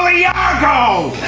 iago!